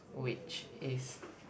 which is